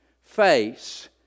face